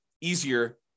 easier